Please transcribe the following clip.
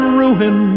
ruin